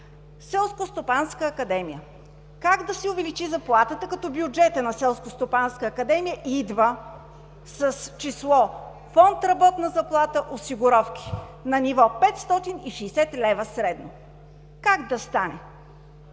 Селскостопанската академия. Как да си увеличи заплатата, като бюджетът на Селскостопанската академия идва с число, фонд „Работна заплата“, осигуровки на ниво 560 лв. средно? Как да стане?